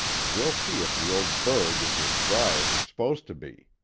and we'll see if the old burg is as dry as it's supposed to be.